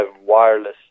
wireless